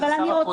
זה השר הקודם,